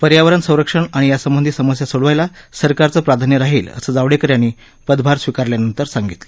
पर्यावरण संरक्षण आणि यासंबंधी समस्या सोडवायला सरकारचं प्राधान्य राहील असं जावडेकर यांनी पदभार स्वीकारल्यानंतर सांगितलं